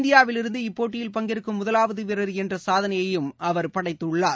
இந்தியாவிலிருந்து இப்போட்டியில் பங்கேற்கும் முதவாவதுவீரர் என்றசாதனையையும் அவர் படைத்துள்ளார்